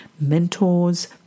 Mentors